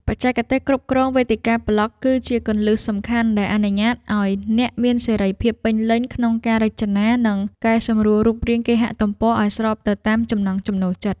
បច្ចេកទេសគ្រប់គ្រងវេទិកាប្លក់ គឺជាគន្លឹះសំខាន់ដែលអនុញ្ញាតឱ្យអ្នកមានសេរីភាពពេញលេញក្នុងការរចនា និងកែសម្រួលរូបរាងគេហទំព័រឱ្យស្របទៅតាមចំណង់ចំណូលចិត្ត។